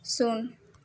ଶୂନ